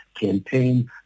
campaign